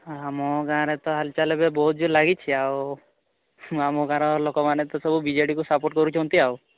ହଁ ଆମ ଗାଁରେ ତ ହାଲଚାଲ ଏବେ ବହୁତ ଜୋରରେ ଲାଗିଛି ଆଉ ଆମ ଗାଁର ଲୋକମାନେ ତ ସବୁ ବିଜେଡ଼ିକୁ ସପୋର୍ଟ କରୁଛନ୍ତି ଆଉ